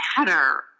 matter